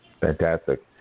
Fantastic